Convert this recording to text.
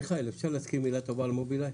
מיכאל, אפשר להגיד מילה טובה על מובילאיי?